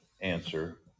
answer